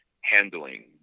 handling